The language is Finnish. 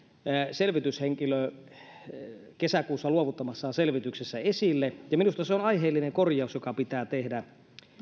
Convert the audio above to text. selvityshenkilö kesäkuussa luovuttamassaan selvityksessä esille ja minusta se on aiheellinen korjaus joka pitää tehdä